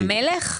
המלך?